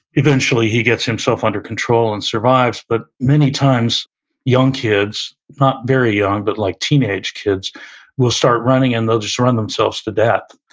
eventually, he gets himself under control and survives. but many times young kids, not very young, but like teenage kids will start running and they'll just run themselves to death.